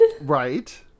Right